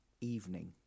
evening